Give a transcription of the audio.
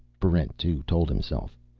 barrent two told himself.